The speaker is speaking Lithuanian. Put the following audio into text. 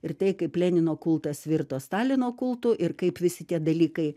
ir tai kaip lenino kultas virto stalino kultu ir kaip visi tie dalykai